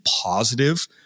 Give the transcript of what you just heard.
positive